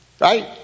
Right